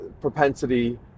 propensity